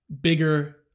bigger